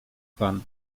pan